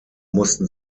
mussten